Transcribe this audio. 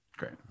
Great